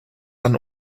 ein